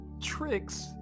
tricks